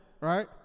right